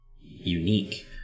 unique